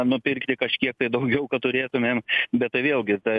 nupirkti kažkiek tai daugiau kad turėtumėm bet tai vėlgi ta